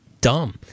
dumb